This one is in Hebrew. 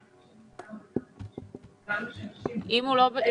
מחודש מארס, להזכירכם, אנחנו לא